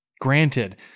Granted